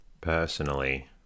Personally